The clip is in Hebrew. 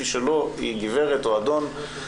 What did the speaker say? מי שלא, היא גברת או אדון.